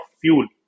fuel